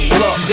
look